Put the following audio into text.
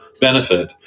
benefit